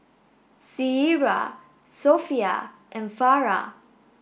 Syirah Sofea and Farah